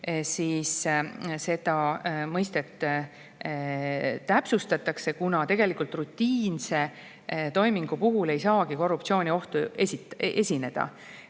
Seda mõistet täpsustatakse, kuna tegelikult rutiinse toimingu puhul ei saagi korruptsiooniohtu esineda.